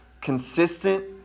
consistent